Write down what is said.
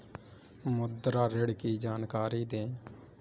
मुद्रा ऋण की जानकारी दें?